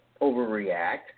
overreact